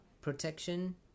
protection